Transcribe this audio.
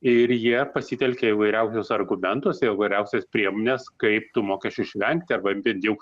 ir jie pasitelkia įvairiausius argumentus įvairiausias priemones kaip tų mokesčių išvengt arba bent jau